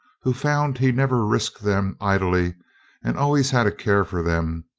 who found he never risked them idly and always had a care for them,